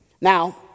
Now